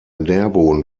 nährboden